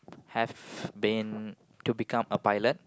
have been to become a pilot